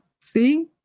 See